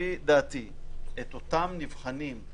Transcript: לפי דעתי את אותם נבחנים,